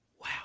wow